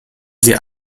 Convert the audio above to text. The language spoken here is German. sie